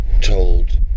told